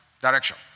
direction